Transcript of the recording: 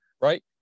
right